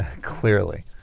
Clearly